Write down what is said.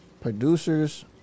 producers